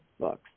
books